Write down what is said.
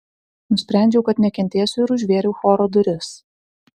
nusprendžiau kad nekentėsiu ir užvėriau choro duris